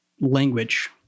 language